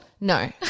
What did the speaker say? No